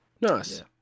nice